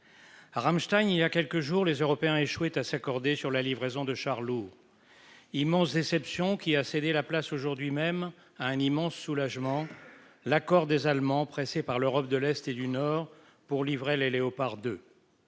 À Ramstein. Il y a quelques jours, les Européens échoué à s'accorder sur la livraison de chars lourds. Immense déception qui a cédé la place aujourd'hui même à un immense soulagement. L'accord des Allemands, pressé par l'Europe de l'Est et du Nord pour livrer les Léopard de.